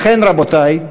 לכן, רבותי,